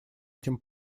этим